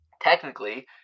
technically